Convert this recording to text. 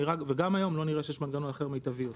וגם היום, לא נראה שיש מנגנון אחר מיטבי יותר.